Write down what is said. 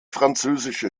französische